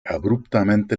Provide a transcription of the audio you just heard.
abruptamente